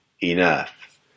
enough